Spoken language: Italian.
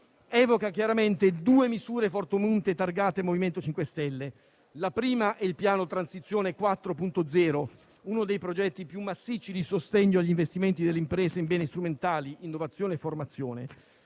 evoca chiaramente due misure fortemente targate Movimento 5 Stelle, la prima delle quali è il Piano transizione 4.0, uno dei progetti più massicci di sostegno agli investimenti delle imprese in beni strumentali, innovazione e formazione.